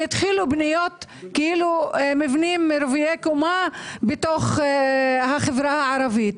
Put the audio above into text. התחילו בניית מבנים רוויי קומה בתוך החברה הערבית,